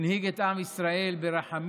הנהיג את עם ישראל ברחמים,